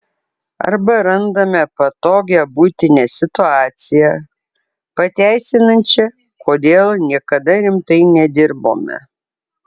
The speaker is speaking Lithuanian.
arba randame patogią buitinę situaciją pateisinančią kodėl niekada rimtai nedirbome